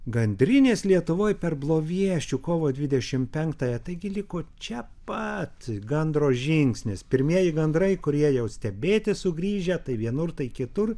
gandrinės lietuvoje per blovieščių kovo dvidešimt penktąją taigi liko čia pat gandro žingsnis pirmieji gandrai kurie jau stebėti sugrįžę tai vienur tai kitur